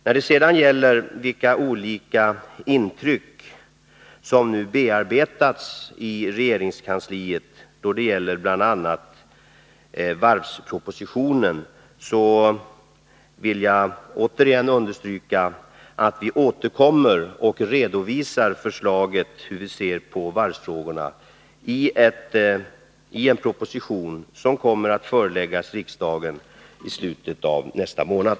När det sedan gäller vilka olika intryck som nu bearbetats i regeringskansliet beträffande bl.a. varvspropositionen, vill jag återigen understryka att vi återkommer och redovisar hur vi ser på varvsfrågorna i en proposition som kommer att föreläggas riksdagen i slutet av nästa månad.